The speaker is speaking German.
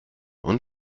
und